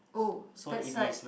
oh that side